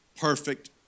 perfect